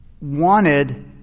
wanted